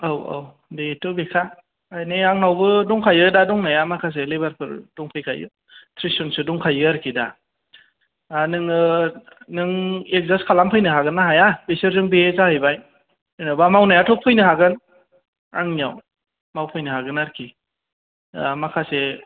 औ औ बेथ' बे खामानि आंनावबो दंखायो दा दंनाया माखासे लेबारफोर दंफैखायो त्रिसजनसो दंखायो आरोखि दा नोङो नों ए़डजास खालामफैनो हागोन ना हाया बेसोरजों बे जाहैबाय जेन'बा मावनायाथ' फैनो हागोन आंनियाव मावफैनो हागोन आरोखि माखासे